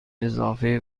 اضافه